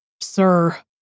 Sir